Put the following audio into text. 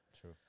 True